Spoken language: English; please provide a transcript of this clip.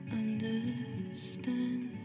understand